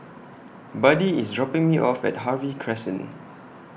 Buddie IS dropping Me off At Harvey Crescent